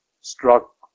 struck